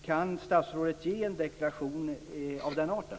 Kan statsrådet ge en deklaration av den arten?